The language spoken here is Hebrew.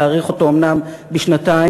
להאריך אותו אומנם בשנתיים,